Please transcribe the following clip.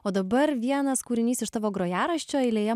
o dabar vienas kūrinys iš tavo grojaraščio eilėje